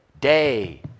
day